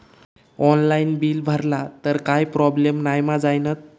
Online bill भरला तर काय प्रोब्लेम नाय मा जाईनत?